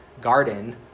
garden